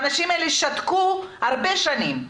האנשים האלה שתקו הרבה שנים.